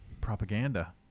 Propaganda